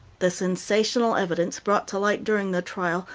the sensational evidence, brought to light during the trial,